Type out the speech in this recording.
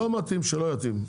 לא מתאים שלא מתאים.